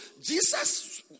Jesus